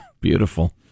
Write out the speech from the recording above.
Beautiful